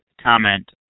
comment